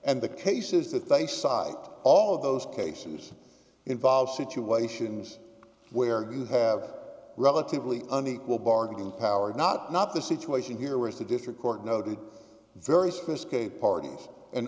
and the cases that they cite all of those cases involve situations where you have a relatively unequal bargaining power not not the situation here is the district court noted very sophisticated parties an